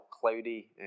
cloudy